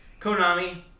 Konami